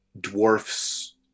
dwarfs